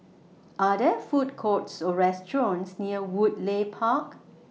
Are There Food Courts Or restaurants near Woodleigh Park